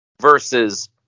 Versus